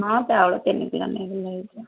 ହଁ ଚାଉଳ ତିନି କିଲୋ ନେଇଗଲେ ହୋଇଯିବ